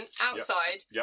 outside